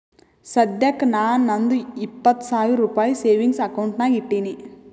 ಸದ್ಯಕ್ಕ ನಾ ನಂದು ಇಪ್ಪತ್ ಸಾವಿರ ರುಪಾಯಿ ಸೇವಿಂಗ್ಸ್ ಅಕೌಂಟ್ ನಾಗ್ ಇಟ್ಟೀನಿ